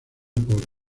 por